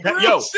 Yo